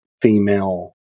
female